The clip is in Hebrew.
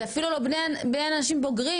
זה אפילו לא בין אנשים בוגרים.